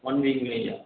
own வீக்குங்க ஐயா